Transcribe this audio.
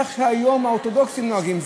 איך שהיום האורתודוקסים נוהגים,